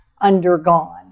undergone